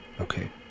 Okay